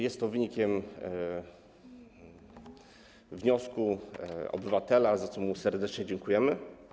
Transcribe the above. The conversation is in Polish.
Jest to wynikiem wniosku obywatela, za co mu serdecznie dziękujemy.